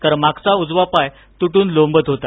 तर मागचा उजवा पाय तुटून लोंबत होता